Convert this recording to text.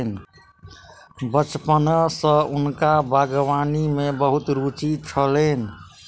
बचपने सॅ हुनका बागवानी में बहुत रूचि छलैन